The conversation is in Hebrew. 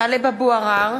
(קוראת בשמות חברי הכנסת) טלב אבו עראר,